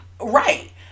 Right